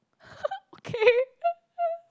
okay